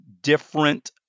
different